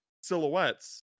silhouettes